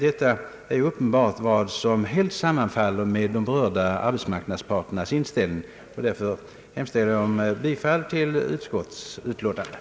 Detta är uppenbarligen vad som helt sammanfaller med de berörda arbetsmarknadsparternas inställning. Jag hemställer om bifall till utskottets förslag.